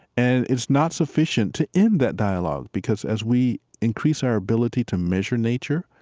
and it's not sufficient to end that dialogue because, as we increase our ability to measure nature,